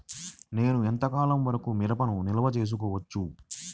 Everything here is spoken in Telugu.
నేను ఎంత కాలం వరకు మిరపను నిల్వ చేసుకోవచ్చు?